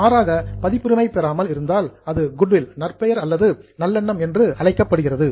மாறாக பதிப்புரிமை பெறப்படாமல் இருந்தால் அது குட்வில் நற்பெயர் அல்லது நல்லெண்ணம் என்று அழைக்கப்படுகிறது